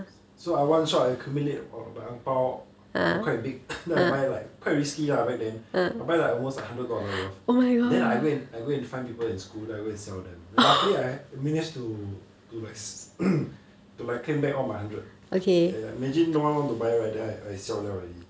so I one shot I accumulate all my ang pow quite big then I buy like quite risky lah back then I buy like almost a one hundred dollar worth then I go and I go and find people in school then I go and sell them then luckily I manage to to like claim back all my hundred ya ya imagine no one want to buy right then I I siao liao already